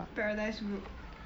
paradise group